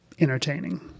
entertaining